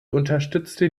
unterstützte